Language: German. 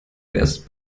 wärst